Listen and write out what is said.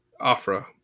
Afra